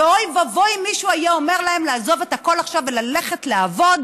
ואוי ואבוי אם מישהו היה אומר להם לעזוב את הכול עכשיו וללכת לעבוד